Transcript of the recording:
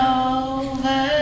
over